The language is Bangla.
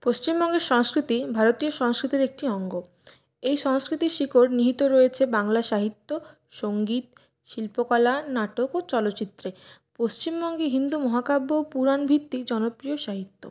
পশ্চিমবঙ্গের সংস্কৃতি ভারতীয় সংস্কৃতির একটি অঙ্গ এই সংস্কৃতির শিকড় নিহিত রয়েছে বাংলা সাহিত্য সঙ্গীত শিল্পকলা নাটক ও চলচ্চিত্রে পশ্চিমবঙ্গে হিন্দু মহাকাব্য পুরাণভিত্তিক জনপ্রিয় সাহিত্য